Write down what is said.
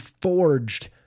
forged